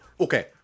Okay